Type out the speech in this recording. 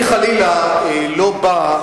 אני חלילה לא בא,